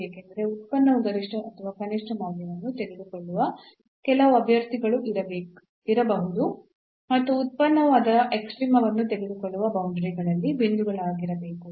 ಏಕೆಂದರೆ ಉತ್ಪನ್ನವು ಗರಿಷ್ಠ ಅಥವಾ ಕನಿಷ್ಠ ಮೌಲ್ಯವನ್ನು ತೆಗೆದುಕೊಳ್ಳುವ ಕೆಲವು ಅಭ್ಯರ್ಥಿಗಳು ಇರಬಹುದು ಮತ್ತು ಉತ್ಪನ್ನವು ಅದರ ಎಕ್ಸ್ಟ್ರೀಮವನ್ನು ತೆಗೆದುಕೊಳ್ಳುವ ಬೌಂಡರಿಗಳಲ್ಲಿ ಬಿಂದುಗಳಿರಬಹುದು